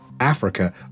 Africa